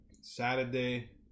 Saturday